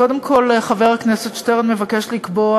קודם כול, חבר הכנסת שטרן מבקש לקבוע,